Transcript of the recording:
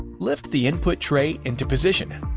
lift the input tray into position.